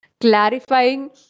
clarifying